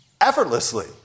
effortlessly